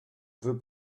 veux